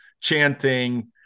chanting